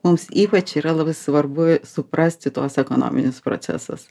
mums ypač yra labai svarbu suprasti tuos ekonominius procesus